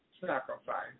sacrifice